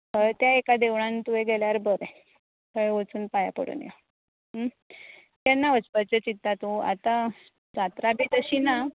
त्या एका देवळांत तुवें गेल्यार बरें थंय वचून पांयां पडून यो केन्ना वचपाचें चित्ता तूं आतां जात्रा बी तशी ना